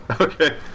Okay